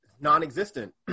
Non-existent